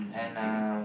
okay